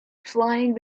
flying